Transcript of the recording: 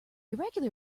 irregular